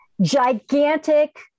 gigantic